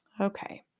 Okay